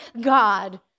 God